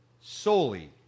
solely